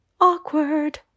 awkward